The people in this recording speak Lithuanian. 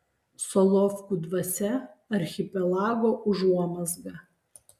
solovkų dvasia archipelago užuomazga